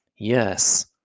Yes